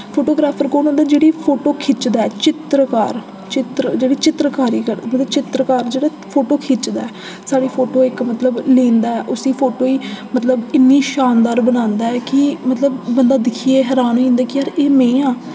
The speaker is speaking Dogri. फोटोग्राफर कौन होंदा जेह्ड़ी फोटो खिच्च दा ऐ चित्तरकार चित्र जेह्ड़ी चित्तरकारी करदा मतलब चित्तरकार जेह्ड़ा फोटो खिच्च दा ऐ साढ़ी फोटो इक मतलब लिंदा ऐ उस्सी फोटो ही मतलब इन्नी शानदार बनांदा ऐ कि मतलब बंदा दिक्खियै हैरान होई जंदा कि यार एह् में आं